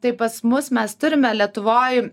tai pas mus mes turime lietuvoj